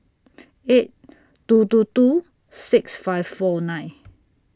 eight two two two six five four nine